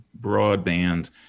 broadband